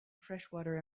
freshwater